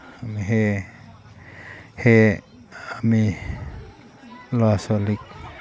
সেয়ে সেয়ে আমি ল'ৰা ছোৱালীক